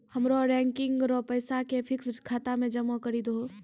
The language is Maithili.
हमरो रेकरिंग रो पैसा के फिक्स्ड खाता मे जमा करी दहो